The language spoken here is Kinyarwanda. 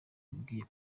umubwiye